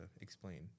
explain